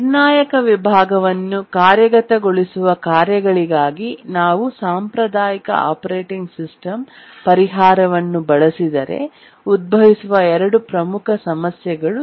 ನಿರ್ಣಾಯಕ ವಿಭಾಗವನ್ನು ಕಾರ್ಯಗತಗೊಳಿಸುವ ಕಾರ್ಯಗಳಿಗಾಗಿ ನಾವು ಸಾಂಪ್ರದಾಯಿಕ ಆಪರೇಟಿಂಗ್ ಸಿಸ್ಟಮ್ ಪರಿಹಾರವನ್ನು ಬಳಸಿದರೆ ಉದ್ಭವಿಸುವ ಎರಡು ಪ್ರಮುಖ ಸಮಸ್ಯೆಗಳು ಇವು